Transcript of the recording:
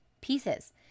pieces